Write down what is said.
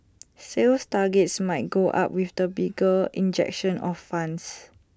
sales targets might go up with the bigger injection of funds